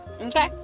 okay